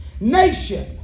nation